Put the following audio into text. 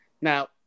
Now